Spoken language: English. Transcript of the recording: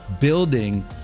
building